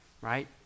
right